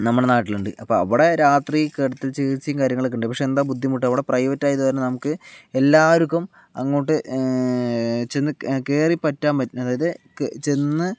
നമ്മുടെ നാട്ടിലുണ്ട് അപ്പോൾ അവിടെ രാത്രി കിടത്തി ചികിത്സയും കാര്യങ്ങളൊക്കെയുണ്ട് പക്ഷെ എന്താ ബുദ്ധിമുട്ട് അവിടെ പ്രൈവറ്റ് ആയതു കാരണം നമുക്ക് എല്ലാവർക്കും അങ്ങോട്ട് ചെന്ന് കേറിപ്പറ്റാൻ അതായത് ചെന്ന്